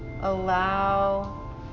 allow